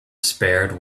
spared